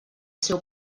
seu